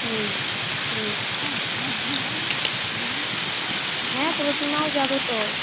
হুম হুম হ্যাঁ প্রতিমাও যাবে তো